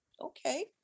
okay